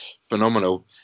phenomenal